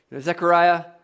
Zechariah